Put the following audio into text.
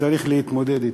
שצריך להתמודד אתה.